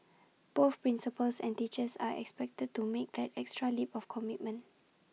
both principals and teachers are expected to make an extra leap of commitment